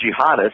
jihadists